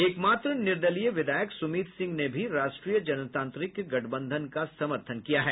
एकमात्र निर्दलीय विधायक सुमित सिंह ने भी राष्ट्रीय जनतांत्रिक गठबंधन का समर्थन किया है